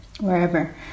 wherever